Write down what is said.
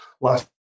last